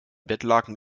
bettlaken